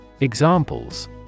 Examples